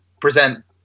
present